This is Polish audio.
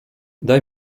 daj